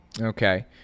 Okay